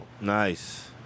Nice